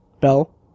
Bell